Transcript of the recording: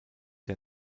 der